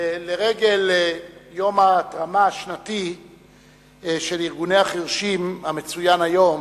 לרגל יום ההתרמה השנתי של ארגוני החירשים המצוין היום,